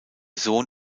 sohn